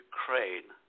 Ukraine